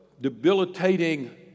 debilitating